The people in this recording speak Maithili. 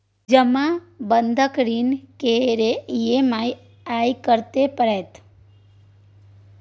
जमा बंधक ऋण के ई.एम.आई कत्ते परतै?